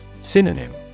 Synonym